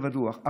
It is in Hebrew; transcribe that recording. זה בטוח.